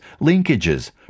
linkages